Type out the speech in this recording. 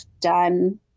done